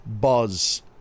buzz